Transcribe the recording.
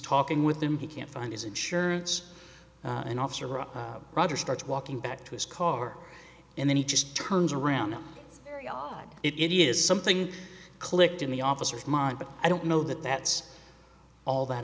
talking with him he can't find his insurance an officer or rather starts walking back to his car and then he just turns around and it is something clicked in the officer's mind but i don't know that that's all that